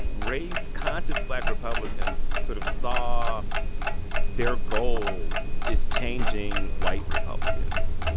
race-conscious black republicans sort of saw their goal as changing white republicans.